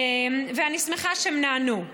ואני שמחה שהם נענו.